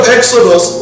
Exodus